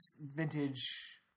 vintage